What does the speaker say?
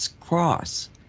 cross